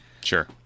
Sure